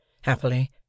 Happily